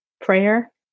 prayer